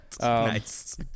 Nice